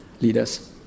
leaders